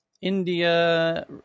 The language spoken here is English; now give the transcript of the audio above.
India